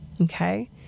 okay